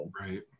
Right